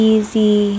Easy